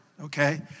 okay